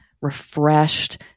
refreshed